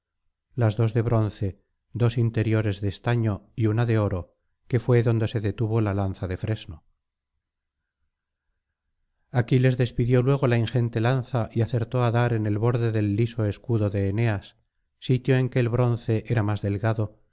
las dos de bronce dos interiores de estaño y una de oro que fué donde se detuvo la lanza de fresno aquí les despidió luego la ingente lanza y acertó á dar en el borde del liso escudo de eneas sitio en que el bronce era más delgado